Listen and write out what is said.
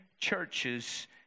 churches